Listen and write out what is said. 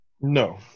No